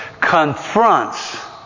confronts